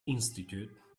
institute